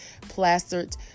plastered